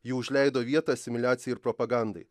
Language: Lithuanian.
ji užleido vietą asimiliacijai ir propagandai